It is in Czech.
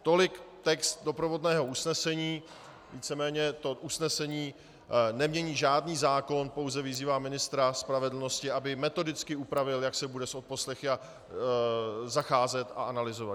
Tolik text doprovodného usnesení, víceméně to usnesení nemění žádný zákon, pouze vyzývá ministra spravedlnosti, aby metodicky upravil, jak se bude s odposlechy zacházet a analyzovat.